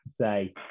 say